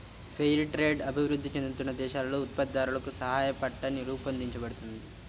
fair trade అభివృద్ధి చెందుతున్న దేశాలలో ఉత్పత్తిదారులకు సాయపట్టానికి రూపొందించబడింది